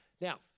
Now